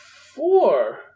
four